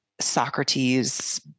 socrates